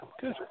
good